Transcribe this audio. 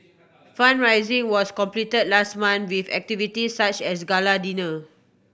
fund raising was completed last month with activities such as gala dinner